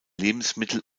lebensmittel